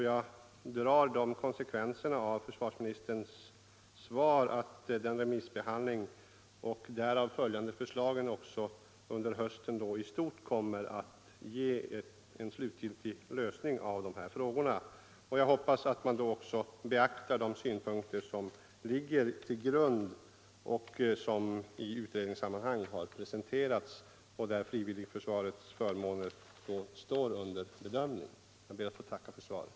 Jag drar de konsekvenserna av försvarsministerns svar att remissbehandlingen och därav följande förslag i stort kommer att ge en slutgiltig lösning av de här frågorna under hösten. Jag hoppas att man då också beaktar de synpunkter som ligger till grund för dessa frågor och som presenterats i utredningssammanhang, där frivilligförsvarets förmåner står under bedömning. Jag ber att än en gång få tacka för svaret.